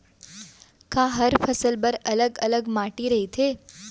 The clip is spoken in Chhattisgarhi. का हर फसल बर अलग अलग माटी रहिथे?